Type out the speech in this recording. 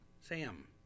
Sam